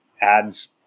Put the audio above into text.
ads